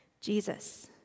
Jesus